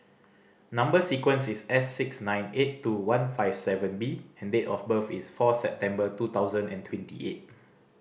number sequence is S six nine eight two one five seven B and date of birth is four September two thousand and twenty eight